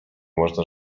można